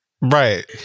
Right